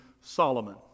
Solomon